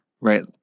Right